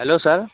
hello sir